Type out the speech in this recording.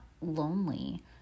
lonely